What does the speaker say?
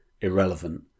irrelevant